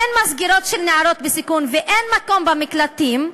אין מסגרות לנערות בסיכון, ואין מקום במקלטים,